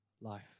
life